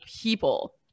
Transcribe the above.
people